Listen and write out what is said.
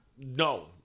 no